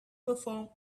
perform